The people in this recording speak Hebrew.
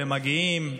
הם מגיעים,